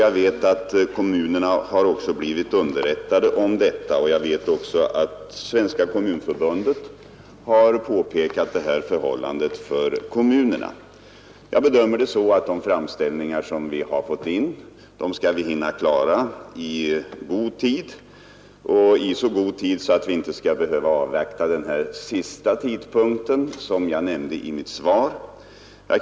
Jag vet att kommunerna har blivit underrättade om detta, och jag vet också att Svenska kommunförbundet har påpekat förhållandet för kommunerna. — Jag bedömer saken så att de framställningar vi har fått in skall vi hinna klara i så god tid att vi inte skall behöva avvakta den här sista tidpunkten som jag nämnde i mitt svar.